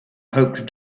hoped